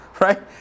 right